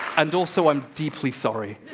and also, i'm deeply sorry.